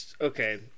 okay